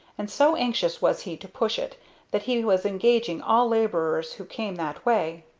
and so anxious was he to push it that he was engaging all laborers who came that way.